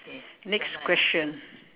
next question